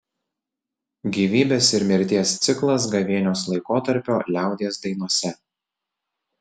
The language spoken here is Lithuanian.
gyvybės ir mirties ciklas gavėnios laikotarpio liaudies dainose